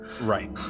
Right